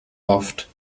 oft